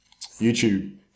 YouTube